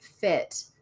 fit